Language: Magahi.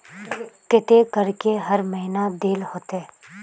केते करके हर महीना देल होते?